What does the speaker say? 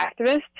activist